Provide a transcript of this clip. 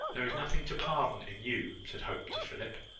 there is nothing to pardon in you, said hope to philip.